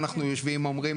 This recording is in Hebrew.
אנחנו יושבים אומרים,